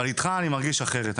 אבל איתך אני מרגיש אחרת.